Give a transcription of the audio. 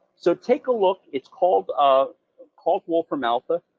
so take a look, it's called ah ah called wolfram alpha,